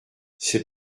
ses